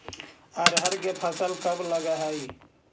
अरहर के फसल कब लग है?